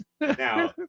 Now